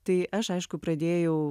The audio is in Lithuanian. tai aš aišku pradėjau